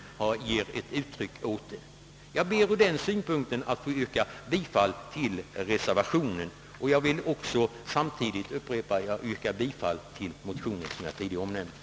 Jag ber därför att få yrka bifall till reservationen, samtidigt som jag yrkar bifall till den motion som jag tidigare omnämnt.